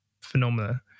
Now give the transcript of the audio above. phenomena